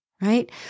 Right